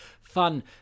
fun